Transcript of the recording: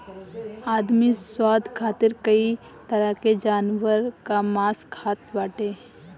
आदमी स्वाद खातिर कई तरह के जानवर कअ मांस खात बाटे